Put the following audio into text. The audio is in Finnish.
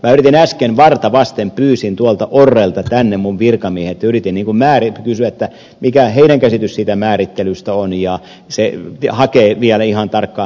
minä äsken varta vasten pyysin tuolta orrelta tänne virkamieheni ja yritin kysyä mikä heidän käsityksensä siitä määrittelystä on ja se hakee vielä ihan tarkkaa määrittelyä